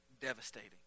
devastating